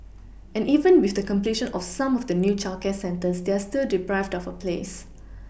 and even with the completion of some of the new childcare centres they are still deprived of a place